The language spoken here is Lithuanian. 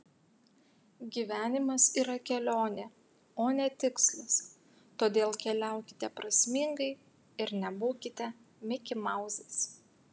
gyvenimas yra kelionė o ne tikslas todėl keliaukite prasmingai ir nebūkite mikimauzais